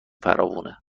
فراوونه